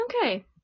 okay